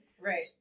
Right